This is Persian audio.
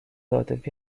عاطفی